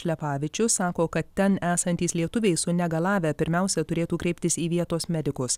šlepavičius sako kad ten esantys lietuviai sunegalavę pirmiausia turėtų kreiptis į vietos medikus